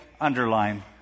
underline